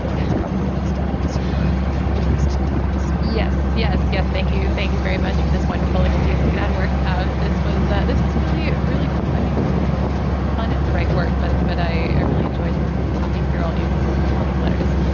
it's probably almost done because here on the east times yes yes. yes. thank you. thank you very much for this wonderful excuse to get out of work. um this was that this was really really i mean the ah fun is the right word but but i really enjoyed talking for all these all these letters.